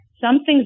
something's